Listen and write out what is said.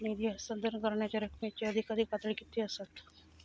निधी हस्तांतरण करण्यांच्या रकमेची अधिकाधिक पातळी किती असात?